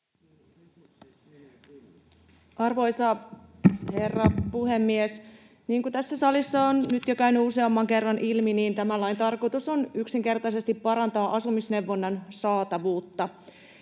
Arvoisa herra puhemies! Niin kuin tässä salissa on nyt jo käynyt useamman kerran ilmi, niin tämän lain tarkoitus on yksinkertaisesti parantaa asumisneuvonnan saatavuutta.